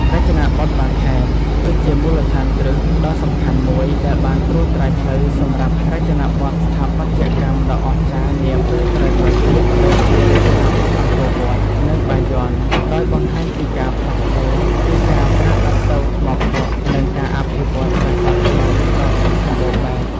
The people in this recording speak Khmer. រចនាបថបាខែង គឺជាមូលដ្ឋានគ្រឹះដ៏សំខាន់មួយ ដែលបានត្រួសត្រាយផ្លូវសម្រាប់រចនាបថស្ថាបត្យកម្មដ៏អស្ចារ្យនាពេលក្រោយៗទៀត ដូចជារចនាបថអង្គរវត្ត និងបាយ័ន ដោយបង្ហាញពីការផ្លាស់ប្តូរពីការប្រើឥដ្ឋទៅថ្មភក់ និងការអភិវឌ្ឍប្រាសាទភ្នំដ៏ធំសម្បូរបែប។